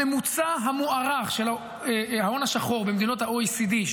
הממוצע של ההון השחור במדינות ה-OECD,